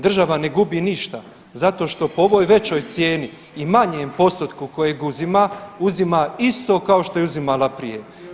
Država ne gubi ništa zato što po ovoj većoj cijeni i manjem postotku kojeg uzima, uzima isto kao što je uzimala prije.